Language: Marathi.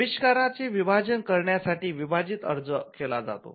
आविष्काराचे विभाजन करण्यासाठी विभाजित अर्ज केला जातो